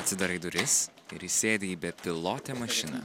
atsidarai duris ir įsėdi į bepilotę mašiną